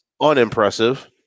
unimpressive